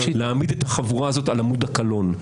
נעמיד את החבורה הזאת על עמוד הקלון.